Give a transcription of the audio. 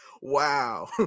Wow